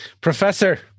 Professor